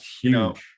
huge